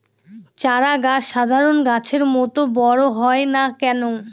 চারা গাছ সাধারণ গাছের মত বড় হয় না কেনো?